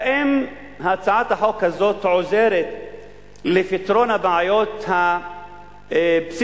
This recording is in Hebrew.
האם הצעת החוק הזו עוזרת לפתרון הבעיות הבסיסיות,